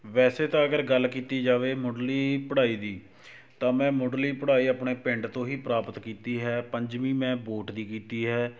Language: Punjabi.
ਵੈਸੇ ਤਾਂ ਅਗਰ ਗੱਲ ਕੀਤੀ ਜਾਵੇ ਮੁੱਢਲੀ ਪੜ੍ਹਾਈ ਦੀ ਤਾਂ ਮੈਂ ਮੁੱਢਲੀ ਪੜ੍ਹਾਈ ਆਪਣੇ ਪਿੰਡ ਤੋਂ ਹੀ ਪ੍ਰਾਪਤ ਕੀਤੀ ਹੈ ਪੰਜਵੀਂ ਮੈਂ ਬੋਰਡ ਦੀ ਕੀਤੀ ਹੈ